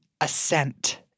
assent